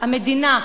המדינה,